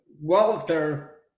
Walter